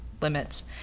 limits